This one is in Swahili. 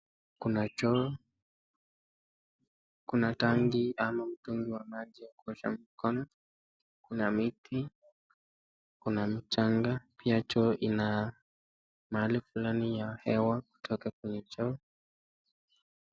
Kuna choo, kuna tangi ama mtungi wa maji wa kuosha mkono, kuna miti, kuna mchanga, pia choo ina mahali fulani ya hewa kutoka kwenye choo.